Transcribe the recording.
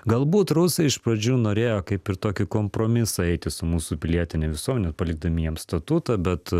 galbūt rusai iš pradžių norėjo kaip ir tokį kompromisą eiti su mūsų pilietine visuomene palikdami jiems statutą bet